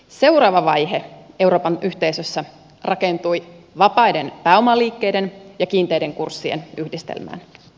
seuraava vaihe euroopan yhteisössä rakentui vapaiden pääomaliikkeiden ja kiinteiden kurssien yhdistelmään